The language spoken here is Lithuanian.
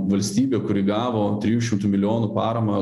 valstybė kuri gavo trijų šimtų milijonų paramą